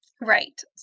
Right